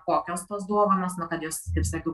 kokios tos duovanos nu kad jos kaip sakiau